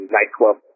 nightclub